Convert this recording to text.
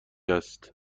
است